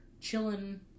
chilling